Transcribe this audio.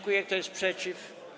Kto jest przeciw?